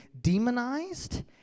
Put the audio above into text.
demonized